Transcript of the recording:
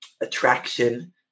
attraction